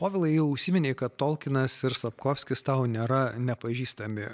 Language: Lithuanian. povilai jau užsiminei kad tolkienas ir sapkovskis tau nėra nepažįstami